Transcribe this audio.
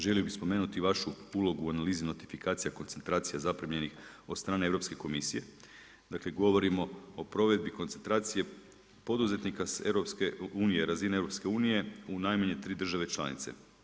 Želio bi spomenuti vašu ulogu u analizi notifikacija koncentracija zaprimljenih od strane Europske komisije, dakle govorimo o provedbi koncentracije poduzetnika s razine EU-a u najmanje tri države članice.